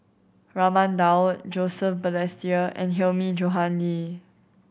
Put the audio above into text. Raman Daud Joseph Balestier and Hilmi Johandi